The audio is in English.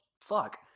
Fuck